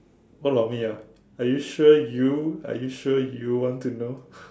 what about me ah are you sure you are you sure you want to know